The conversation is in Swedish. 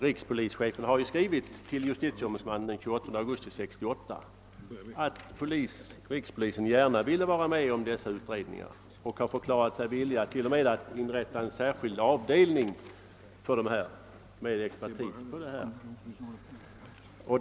Rikspolischefen skrev den 28 augusti 1968 till JO och framhöll att rikspolisen gärna ville deltaga i dessa utredningar, och polisen har t.o.m. förklarat sig villig att inrätta en särskild avdelning med expertis på detta område.